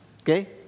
okay